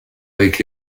avec